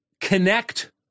Connect